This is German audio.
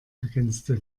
ergänzte